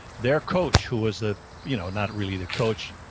their coach, who was ah you know not really the coach,